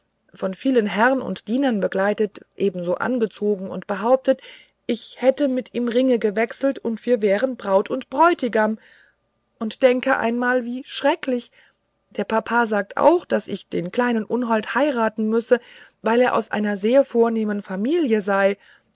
von vielen herrn und dienern begleitet angezogen und behauptet ich hätte mit ihm ringe gewechselt und wir wären braut und bräutigam und denke einmal wie schrecklich der papa sagt auch daß ich den kleinen unhold heiraten müsse weil er aus einer sehr vornehmen familie sei